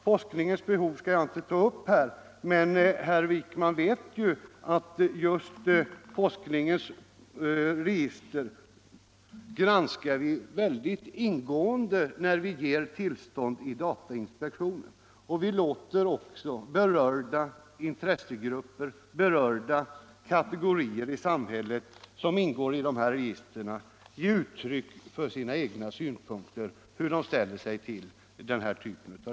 Forskningens behov skall jag inte ta upp här, men herr Wijkman vet att just forskningens register granskar vi synnerligen ingående när vi ger tillstånd i datainspektionen. Vi låter också berörda intressegrupper, berörda kategorier i samhället, som ingår i registren ge uttryck för sina egna synpunkter och ange hur de ställer sig till denna typ av register.